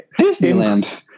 Disneyland